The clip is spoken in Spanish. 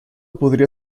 podría